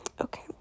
okay